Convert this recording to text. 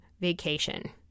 vacation